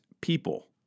people